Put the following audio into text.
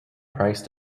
price